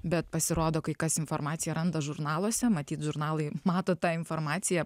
bet pasirodo kai kas informaciją randa žurnaluose matyt žurnalai mato tą informaciją